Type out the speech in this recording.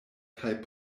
kaj